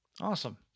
Awesome